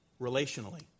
relationally